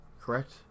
correct